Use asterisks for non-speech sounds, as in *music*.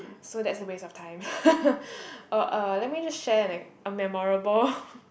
so that's a waste of time *laughs* oh uh let me just share an a memorable *laughs*